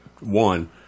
one